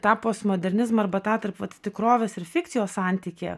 tą postmodernizmą arba tą tarp vat tikrovės ir fikcijos santykį